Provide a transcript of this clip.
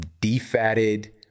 defatted